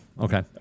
Okay